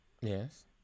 Yes